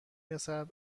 رسد